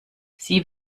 sie